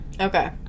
Okay